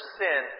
sin